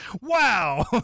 Wow